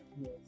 yes